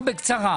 דקה.